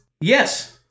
Yes